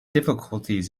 difficulties